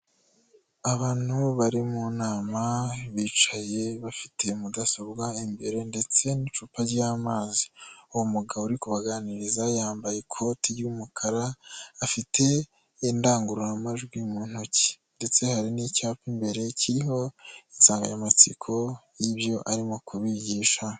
Abantu bari mu nama bicaye bafite mudasobwa imbere ndetse n'icupa ry'amazi, uwo mugabo uri kubaganiriza yambaye ikoti ry'umukara, afite indangururamajwi mu ntoki ndetse hari n'icyapa imbere kiriho insanganyamatsiko y'ibyo arimo kubigisha.